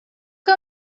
que